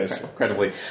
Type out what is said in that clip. Incredibly